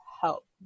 help